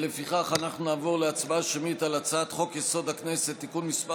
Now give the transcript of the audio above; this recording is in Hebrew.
לפיכך אנחנו נעבור להצבעה שמית על הצעת חוק-יסוד: הכנסת